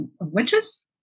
witches